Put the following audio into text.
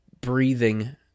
breathing